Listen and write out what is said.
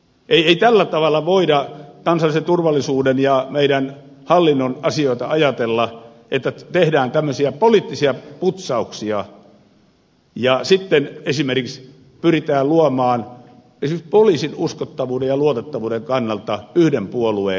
ei tällä tavalla voida kansallisen turvallisuuden ja hallinnon asioita ajatella että tehdään tämmöisiä poliittisia putsauksia ja sitten esimerkiksi pyritään luomaan esimerkiksi poliisin uskottavuuden ja luotettavuuden kannalta yhden puolueen järjestelmiä